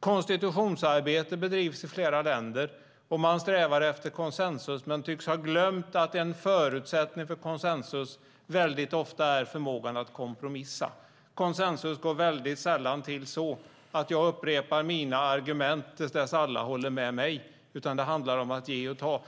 Konstitutionsarbete bedrivs i flera länder. Man strävar efter konsensus men tycks ha glömt att en förutsättning för konsensus väldigt ofta är förmågan att kompromissa. Konsensus går väldigt sällan till så att jag upprepar mina argument till dess alla håller med mig. Det handlar om att ge och ta.